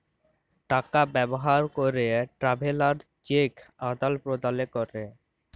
টাকা ব্যবহার ক্যরে ট্রাভেলার্স চেক আদাল প্রদালে ক্যরে